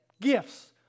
Gifts